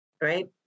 Right